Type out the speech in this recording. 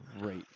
great